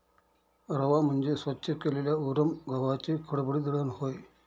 रवा म्हणजे स्वच्छ केलेल्या उरम गव्हाचे खडबडीत दळण होय